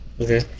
okay